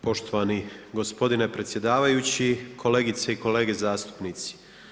Poštovani gospodine predsjedavajući, kolegice i kolege zastupnici.